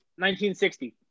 1960